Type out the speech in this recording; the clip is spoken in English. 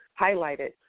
highlighted